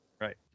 right